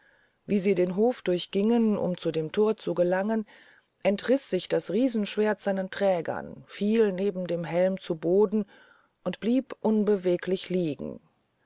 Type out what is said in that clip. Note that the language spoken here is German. wie sie den hof durchgingen um zu dem thor zu gelangen entriß sich das riesenschwerd seinen trägern fiel neben dem helm zu boden und blieb unbeweglich liegen